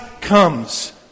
comes